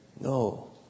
No